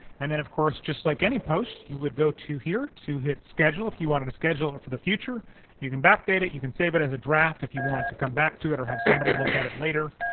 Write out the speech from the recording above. and then of course just like any post you would go to here to hit schedule if you wanted to schedule it for the future you can backdate it. you can save it as a draft if you want to come back to it or have somebody look at it later,